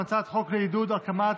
הצעת חוק לעידוד הקמת